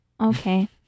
Okay